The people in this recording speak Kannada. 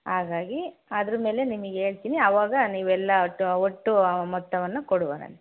ಹಾಗಾಗಿ ಅದ್ರ ಮೇಲೆ ನಿಮಗ್ ಹೇಳ್ತೀನಿ ಅವಾಗ ನೀವೆಲ್ಲ ಒಟ್ಟು ಮೊತ್ತವನ್ನು ಕೊಡುವಿರಂತೆ